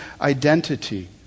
identity